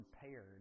prepared